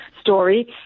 story